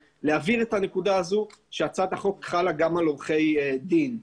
שהצעת החוק הזו חלה גם על עורכי דין.